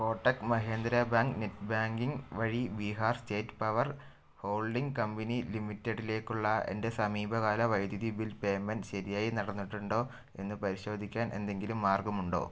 Kotak Mahindra bank net banking വഴി Bihar state power holding company ലിമിറ്റഡിലേക്കുള്ള എൻ്റെ സമീപകാല വൈദ്യുതി ബിൽ പേയ്മെൻ്റ് ശരിയായി നടന്നിട്ടുണ്ടോ എന്നു പരിശോധിക്കാൻ എന്തെങ്കിലും മാർഗമുണ്ടോ